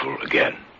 again